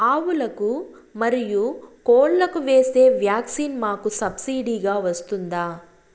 ఆవులకు, మరియు కోళ్లకు వేసే వ్యాక్సిన్ మాకు సబ్సిడి గా వస్తుందా?